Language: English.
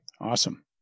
Awesome